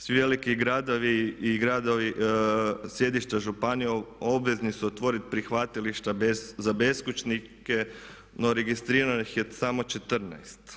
Svi veliki gradovi i sjedišta županija obvezni su otvoriti prihvatilišta za beskućnike no registriranih je samo 14.